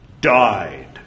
died